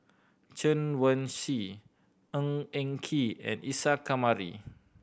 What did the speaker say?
Chen Wen Hsi Ng Eng Kee and Isa Kamari